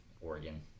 Oregon